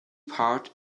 part